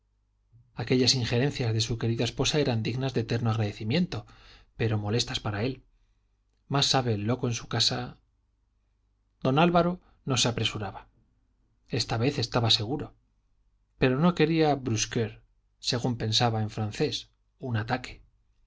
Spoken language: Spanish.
aquellas injerencias de su querida esposa eran dignas de eterno agradecimiento pero molestas para él más sabe el loco en su casa don álvaro no se apresuraba esta vez estaba seguro pero no quería brusquer según pensaba él en francés un ataque